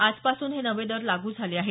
आजपासून हे नवे दर लागू झाले आहेत